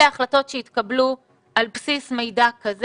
אלה ההחלטות שהתקבלו על בסיס מידע כזה.